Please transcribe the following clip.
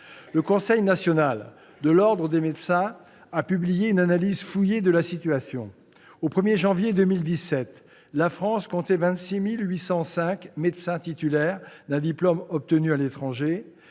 Le Conseil national de l'ordre des médecins a publié une analyse fouillée de la situation. Au 1 janvier 2017, la France comptait 26 805 médecins titulaires d'un diplôme obtenu à l'étranger,